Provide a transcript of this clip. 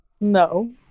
no